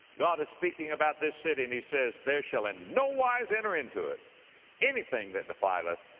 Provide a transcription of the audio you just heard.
god is speaking about this city and he says, there shall in no wise enter into it any thing that defileth,